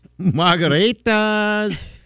Margaritas